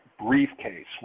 briefcase